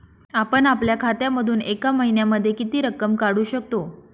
आपण आपल्या खात्यामधून एका महिन्यामधे किती रक्कम काढू शकतो?